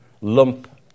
lump